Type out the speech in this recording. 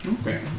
Okay